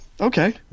Okay